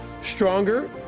Stronger